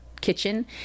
kitchen